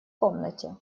комнате